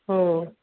हो